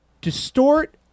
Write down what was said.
distort